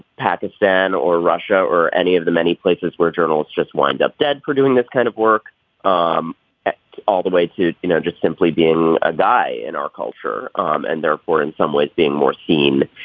pakistan or russia or any of the many places where journalists just wind up dead for doing this kind of work um at all the way to you know just simply being a guy in our culture. um and therefore in some ways being more seen